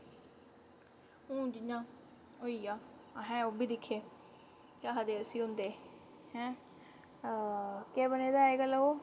हून जि'यां होइया असें ओह् बी दिक्खे केह् आक्खदे उसी होंदे केह् बने दा अज्जकल ओह्